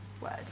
word